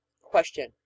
Question